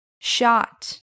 shot